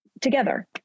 together